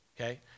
okay